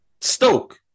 Stoke